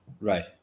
Right